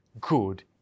good